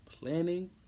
Planning